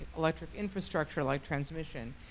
electric infrastructure like transmission.